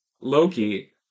Loki